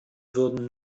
würden